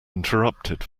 interrupted